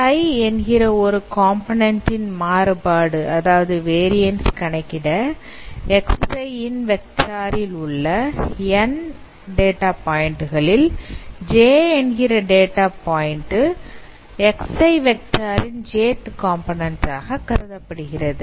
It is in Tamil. Xi என்கிற ஒரு காம்போநன்ண்ட் ன் மாறுபாடு கணக்கிட xi ன் வெக்டார் இல் உள்ள N டேட்டா பாயிண்டுகளில் j என்கிற டேட்டா பாயிண்டு xi வெக்டார் இன் jth காம்போநன்ண்ட் ஆக கருதப்படுகிறது